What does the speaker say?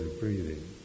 breathing